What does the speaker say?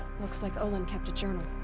looks like olin kept a journal.